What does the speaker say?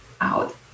out